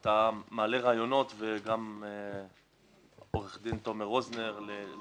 אתה מעלה רעיונות, וגם עורך הדין תומר רוזנר.